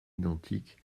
identiques